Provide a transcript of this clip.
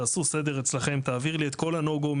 תעשו סדר אצלכם, תעביר לי את כל ה-"go/no go"